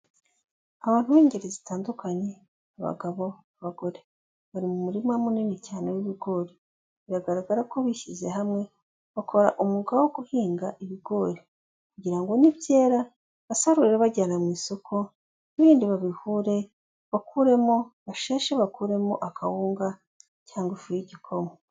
Abantu b'ingeri zitandukanye abagabo, abagore. Bari mu murima munini cyane w'ibigori. Biragaragara ko bishyize hamwe, bakora umwuga wo guhinga ibigori kugira ngo nibyera basarure bajyana mu isoko, ibindi babihure bakuremo basheshe bakuremo akawunga cyangwa ifu y'igikoma.